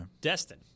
destin